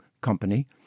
company